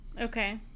Okay